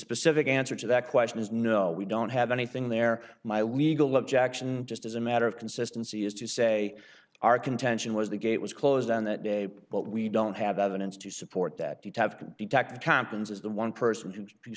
specific answer to that question is no we don't have anything there my legal objection just as a matter of consistency is to say our contention was the gate was closed on that day but we don't have evidence to support that have been detected happens is the one person who